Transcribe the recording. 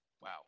wow